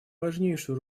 важнейшую